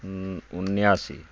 उनासी